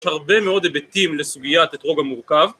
הרבה מאוד היבטים לסוגיית אתרוג המורכב.